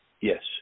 Yes